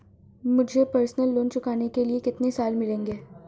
मुझे personal loan चुकाने के लिए कितने साल मिलेंगे?